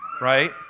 right